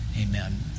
Amen